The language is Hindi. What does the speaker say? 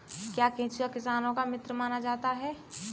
क्या केंचुआ किसानों का मित्र माना जाता है?